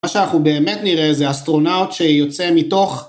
מה שאנחנו באמת נראה זה אסטרונאוט שיוצא מתוך...